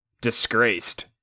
disgraced